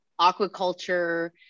aquaculture